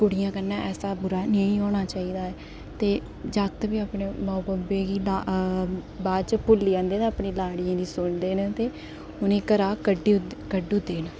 कुड़ियैं कन्नै ऐसा बुरा निं होना चाहिदा ते जागत बी अपने माऊ बब्बे गी बा बाद च भुल्ली जंदे ते अपनियें लाड़ियें दी सुनदे न ते उ'नें ई घरै दा कड्ढी कड्ढी ओड़दे न